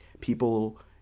people